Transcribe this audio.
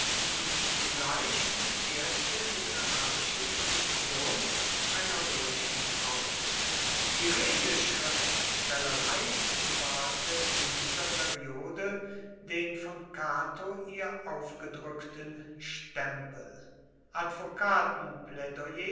und zugleich die erste literarische produktion einer römischen frau die redeschriftstellerei bewahrte in dieser periode den von cato ihr aufgedrückten stempel